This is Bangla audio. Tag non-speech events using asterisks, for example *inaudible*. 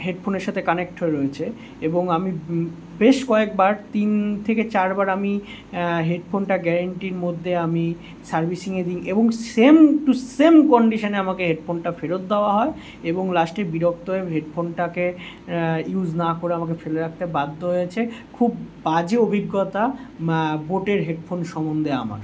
হেডফোনের সাথে কানেক্ট হয়ে রয়েছে এবং আমি বেশ কয়েকবার তিন থেকে চার বার আমি হেডফোনটা গ্যারেন্টির মধ্যে আমি সার্ভিসিংয়ে দিই এবং সেম টু সেম কন্ডিশনে আমাকে হেডফোনটা ফেরত দেওয়া হয় এবং লাস্টে বিরক্ত হয়ে *unintelligible* হেডফোনটাকে ইউজ না করে আমাকে ফেলে রাখতে বাধ্য হয়েছে খুব বাজে অভিজ্ঞতা বোটের হেডফোন সম্বন্ধে আমার